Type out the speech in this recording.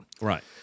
Right